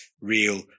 real